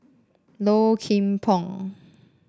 Low Kim Pong